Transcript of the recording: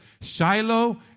Shiloh